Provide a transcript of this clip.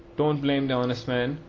don't blame the honest man.